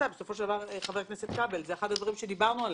חבר הכנסת כבל, זה אחד הדברים שדיברנו עליהם.